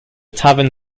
tavern